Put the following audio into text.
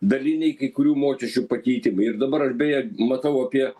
daliniai kai kurių mokesčių pakeitimai ir dabar aš beje matau apie